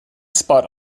spot